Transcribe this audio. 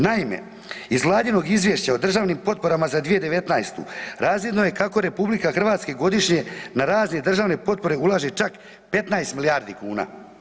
Naime, iz Vladinom izvješća o državnim potporama za 2019. razvidno je kako RH godišnje na razne državne potpore ulaže čak 15 milijardi kuna.